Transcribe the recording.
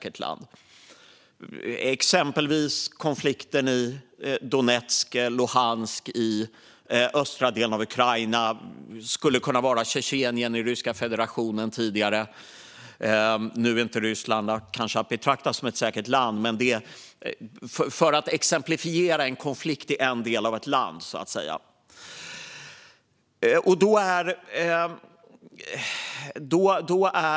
Exempel är konflikten i Donetsk och Luhansk i östra delen av Ukraina och tidigare även Tjetjenien i Ryska federationen. Nu är inte Ryssland kanske att betrakta som ett säkert land, men detta kan exemplifiera en konflikt i en del av ett land.